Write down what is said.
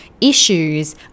issues